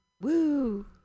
woo